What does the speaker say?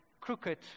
crooked